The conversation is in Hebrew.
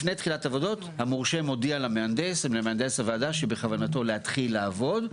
לפני תחילת עבודות המורשה מודיע למהנדס הוועדה שבכוונתו להתחיל לעבוד,